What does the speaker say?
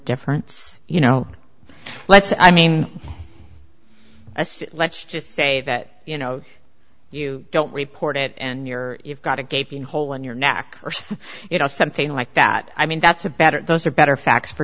deference you know let's i mean let's let's just say that you know you don't report it and you're you've got a gaping hole in your neck or you know something like that i mean that's a better those are better facts for